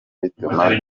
bituma